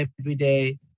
everyday